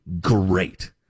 great